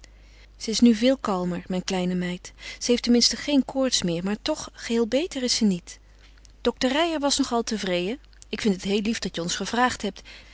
ze is nu veel kalmer mijn kleine meid ze heeft tenminste geen koorts meer maar toch geheel beter is ze niet dokter reijer was nog al tevreden ik vind het heel lief dat je ons gevraagd hebt